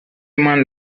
man